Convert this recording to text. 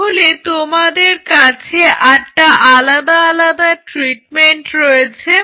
তাহলে তোমাদের কাছে 8 টা আলাদা আলাদা ট্রিটমেন্ট রয়েছে